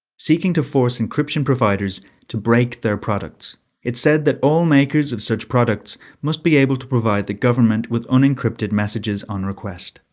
seeking to force encryption providers to break their products it said that all makers of such products must be able to provide the government with unencrypted messages on request.